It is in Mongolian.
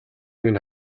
минь